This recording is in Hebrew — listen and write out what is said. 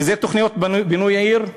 שאלו תוכניות בינוי עיר,